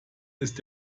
ist